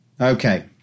Okay